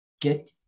get